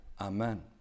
Amen